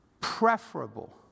preferable